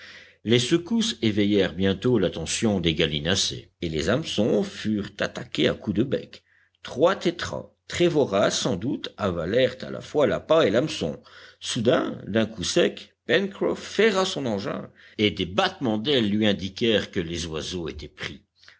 les secousses éveillèrent bientôt l'attention des gallinacés et les hameçons furent attaqués à coups de bec trois tétras très voraces sans doute avalèrent à la fois l'appât et l'hameçon soudain d'un coup sec pencroff ferra son engin et des battements d'aile lui indiquèrent que les oiseaux étaient pris